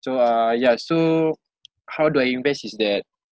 so uh ya so how do I invest is that